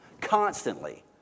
constantly